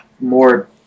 more